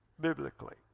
biblically